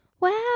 Wow